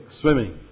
swimming